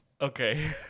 Okay